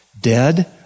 Dead